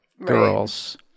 Girls